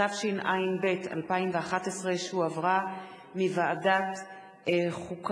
התשע"ב 2011, הצעת חוק